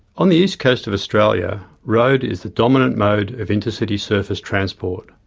on the east coast of australia, road is the dominant mode of intercity surface transport.